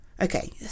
Okay